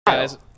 guys